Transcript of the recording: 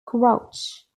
crouch